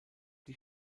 die